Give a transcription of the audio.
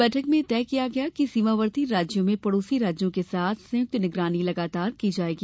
बैठक में यह तय किया गया कि सीमावर्ती राज्यों में पडोसी राज्यों के साथ संयुक्त निगरानी लगातार की जाएगी